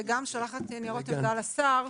ושולחת ניירות עמדה לשר,